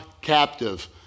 captive